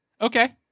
Okay